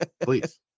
Please